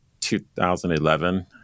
2011